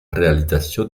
realització